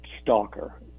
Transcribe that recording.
stalker